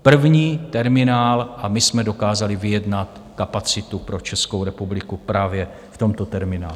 První terminál a my jsme dokázali vyjednat kapacitu pro Českou republiku právě v tomto terminálu.